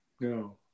No